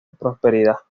prosperidad